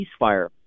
ceasefire